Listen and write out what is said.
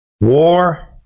war